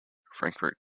frankfurt